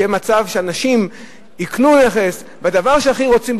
שיהיה מצב שאנשים יקנו נכס והדבר שהכי רוצים,